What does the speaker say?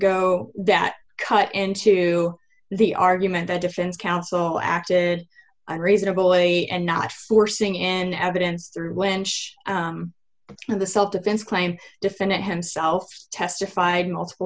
go that cut into the argument the defense counsel acted on reasonable a and not forcing in evidence through wenche of the self defense claim defendant himself testified multiple